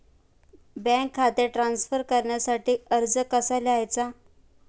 Bank खाते transfer करण्यासाठी अर्ज कसा लिहायचा?